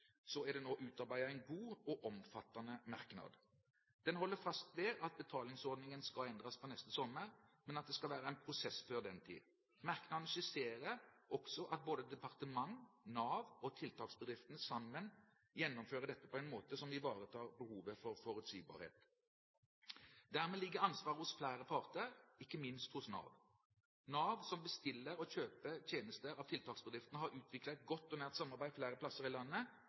er det nå utarbeidet en god og omfattende merknad. Den holder fast ved at betalingsordningen skal endres fra neste sommer, men at det skal være en prosess før den tid. Merknaden skisserer også at både departementet, Nav og tiltaksbedriftene sammen gjennomfører dette på en måte som ivaretar behovet for forutsigbarhet. Dermed ligger ansvaret hos flere parter, ikke minst hos Nav. Nav, som bestiller og kjøper tjenester av tiltaksbedriftene, har utviklet et godt og nært samarbeid flere steder i landet,